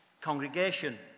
congregation